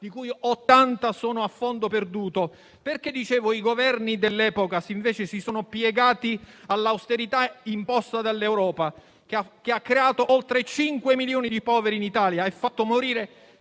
di cui 80 a fondo perduto, i Governi dell'epoca si sono piegati all'austerità imposta dall'Europa, che ha creato oltre 5 milioni di poveri in Italia, che ha fatto morire